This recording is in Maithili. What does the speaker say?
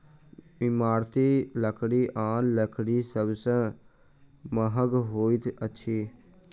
इमारती लकड़ी आन लकड़ी सभ सॅ महग होइत अछि